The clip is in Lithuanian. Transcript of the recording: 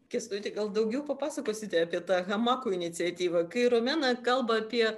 kęstuti gal daugiau papasakosite apie tą hamakų iniciatyvą kai romena kalba apie